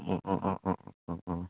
অঁ অঁ অঁ অঁ অঁ অঁ